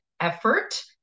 effort